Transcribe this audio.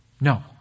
No